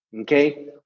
Okay